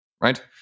right